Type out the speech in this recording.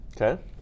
Okay